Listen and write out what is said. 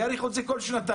יאריכו את זה כל שנתיים.